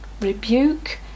rebuke